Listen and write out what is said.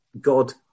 God